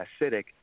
acidic